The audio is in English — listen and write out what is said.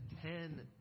ten